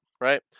Right